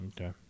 Okay